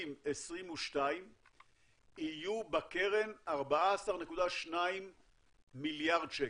2022 יהיו בקרן 14.2 מיליארד שקל.